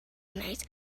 wneud